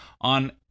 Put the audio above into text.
on